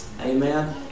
Amen